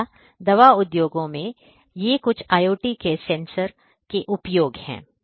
तो दवा उद्योगों में ये कुछ IoT सेंसर के उपयोग हैं